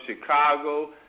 Chicago